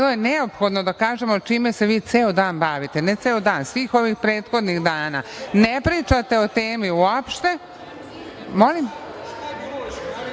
bilo je neophodno da kažete čime se vio ceo dan bavite, ne ceo dan, svih ovih prethodnih dana. Ne pričate o temi uopšte…Molim? Apsolutno